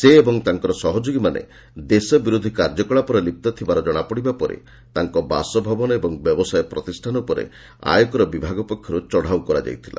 ସେ ଏବଂ ତାଙ୍କର ସହଯୋଗୀମାନେ ଦେଶ ବିରୋଧୀ କାର୍ଯ୍ୟକଳାପରେ ଲିପ୍ତ ଥିବାର ଜଣାପଡ଼ିବା ପରେ ତାଙ୍କ ବାସଭବନ ଏବଂ ବ୍ୟବସାୟ ପ୍ରତିଷ୍ଠାନ ଉପରେ ଆୟକର ବିଭାଗ ପକ୍ଷରୁ ଚଢ଼ଉ କରାଯାଇଥିଲା